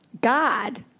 God